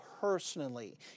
personally